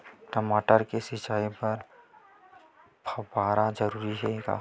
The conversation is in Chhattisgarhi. टमाटर के सिंचाई बर फव्वारा जरूरी हे का?